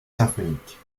symphoniques